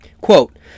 quote